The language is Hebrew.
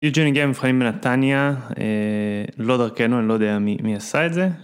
היי ג'וני גאמי, מבחנים מנתניה, לא דרכנו, אני לא יודע מי עשה את זה